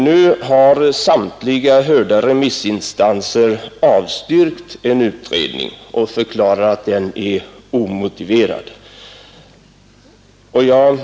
Nu har samtliga hörda remissinstanser avstyrkt en utredning och förklarar att den är omotiverad.